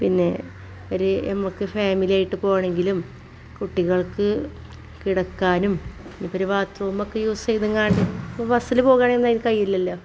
പിന്നെ ഒറു നമുക്ക് ഫാമിലി ആയിട്ട് പോവണമെങ്കിലും കുട്ടികൾക്ക് കിടക്കാനും ഇപ്പോൾ ഒരു ബാത്രൂം ഒക്കെ യൂസ് ചെയ്തങ്ങാണ്ട് ഇപ്പം ബസ്സിൽ പോകുവാണെങ്കിൽ അത് കഴിയില്ലല്ലോ